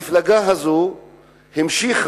המפלגה הזו המשיכה